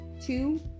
two